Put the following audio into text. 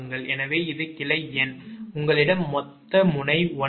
எனவே இது கிளை எண் உங்களிடம் மொத்த முனை 9